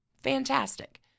Fantastic